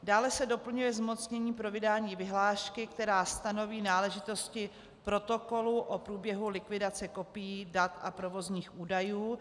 Dále se doplňuje zmocnění pro vydání vyhlášky, která stanoví náležitosti protokolu o průběhu likvidace kopií, dat a provozních údajů.